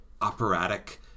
operatic